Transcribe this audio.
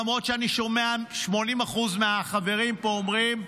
למרות שאני שומע 80% מהחברים פה אומרים: